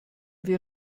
wir